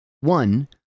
One